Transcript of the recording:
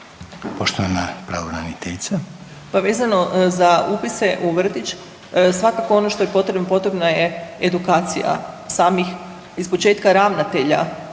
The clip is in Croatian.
**Slonjšak, Anka** Pa vezano za upise u vrtić svakako ono što je potrebno potrebna je edukacija samih iz početka ravnatelja